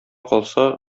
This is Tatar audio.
калса